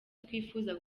twifuza